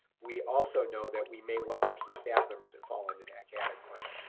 we also know that we may well have some staff members that fall into that category.